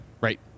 Right